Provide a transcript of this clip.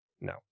no